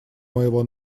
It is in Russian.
моего